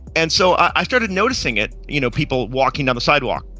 and so i started noticing it, you know people walking down the sidewalk,